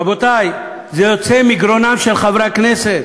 רבותי, זה יוצא מגרונם של חברי הכנסת,